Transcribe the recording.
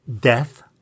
death